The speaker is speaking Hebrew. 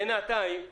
צריך בינתיים להתארגן,